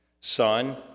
son